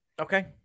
Okay